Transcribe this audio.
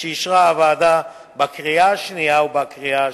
שאישרה הוועדה בקריאה שנייה ובקריאה שלישית.